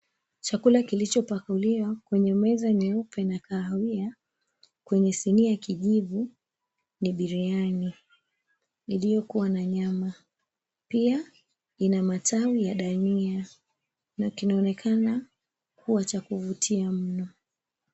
Chakula kilichopakuliwa kwenye meza nyeupe na kahawia, kwenye sinia kijivu ni biriani. Iliyokuwa na nyama, pia ina matawi ya dania, na kinaonekana kuwa cha kuvutia mno.